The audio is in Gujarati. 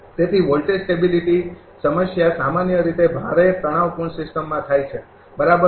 તેથી વોલ્ટેજ સ્ટેબીલિટી સમસ્યા સામાન્ય રીતે ભારે તણાવપૂર્ણ સિસ્ટમમાં થાય છે બરાબર